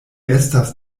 estas